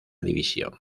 división